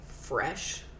fresh